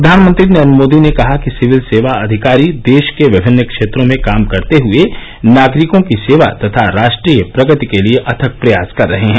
प्रघानमंत्री नरेन्द्र मोदी ने कहा कि सिविल सेवा अधिकारी देश के विभिन्न क्षेत्रों में काम करते हए नागरिकों की सेवा तथा राष्ट्रीय प्रगति के लिए अथक प्रयास कर रहे हैं